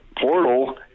portal